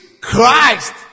Christ